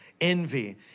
Envy